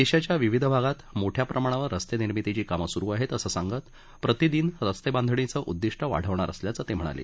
देशाच्या विविध भागात मोठ्या प्रमाणात रस्ते निर्मितीची कामं सुरु आहेत असं सांगत प्रतिदिन रस्ते बांधणीचं उद्विष्ट वाढवणार असल्याचं ते म्हणाले